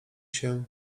się